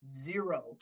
zero